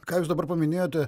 ką jūs dabar paminėjote